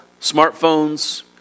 smartphones